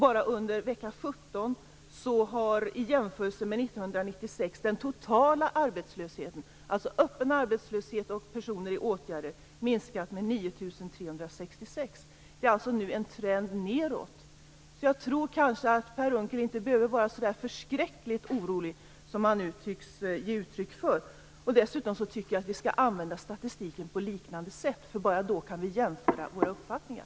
Bara under vecka 17 har den totala arbetslösheten, alltså öppen arbetslöshet och personer i åtgärder, minskat med 9 366 i jämförelse med 1996. Det är nu alltså en trend nedåt. Så jag tror kanske att Per Unckel inte behöver känna en sådan förskräcklig oro som han nu tycks ge uttryck för. Dessutom tycker jag att vi skall använda statistiken på liknande sätt. Bara då kan vi jämföra våra uppfattningar.